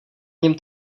něm